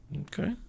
Okay